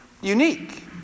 unique